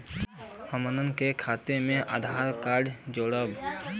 हमन के खाता मे आधार कार्ड जोड़ब?